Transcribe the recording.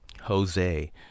jose